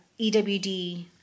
EWD